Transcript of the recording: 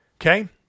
Okay